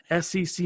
SEC